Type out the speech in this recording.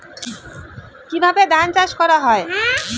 কিভাবে ধান চাষ করা হয়?